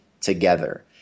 together